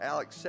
Alex